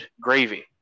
gravy